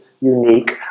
unique